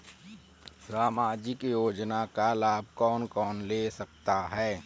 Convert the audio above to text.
सामाजिक योजना का लाभ कौन कौन ले सकता है?